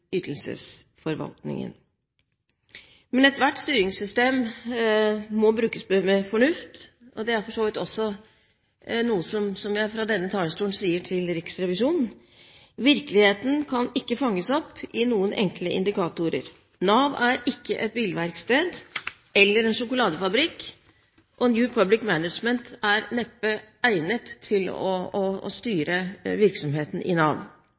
ethvert styringssystem må brukes med fornuft – og dette er for så vidt også noe jeg fra denne talerstolen sier til Riksrevisjonen. Virkeligheten kan ikke fanges opp i noen enkle indikatorer. Nav er ikke et bilverksted eller en sjokoladefabrikk, og New Public Management er neppe egnet til å styre virksomheten i Nav. Kvalitative mål er vanskeligere å følge opp i